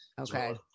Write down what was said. okay